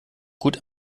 gut